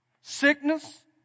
Sickness